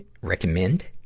recommend